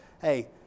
hey